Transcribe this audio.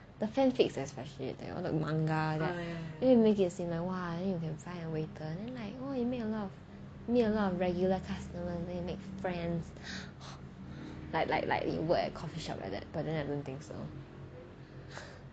the fanfics especially like all the manga you make it seem like !wah! you can find a waiter then like oh you made a lot a lot of regular customer then you make friends like like like you work at coffeeshop like that but then I don't think so